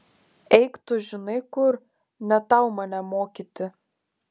eik tu žinai kur ne tau mane mokyti